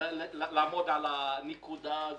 לעמוד על הנקודה הזאת.